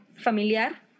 familiar